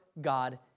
God